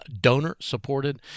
donor-supported